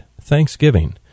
Thanksgiving